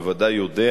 בוודאי יודע